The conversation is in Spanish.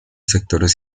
sectores